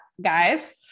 guys